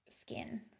skin